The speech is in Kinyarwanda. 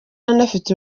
anafite